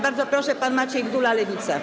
Bardzo proszę, pan Maciej Gdula, Lewica.